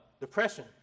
depression